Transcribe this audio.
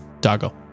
Dago